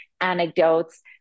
anecdotes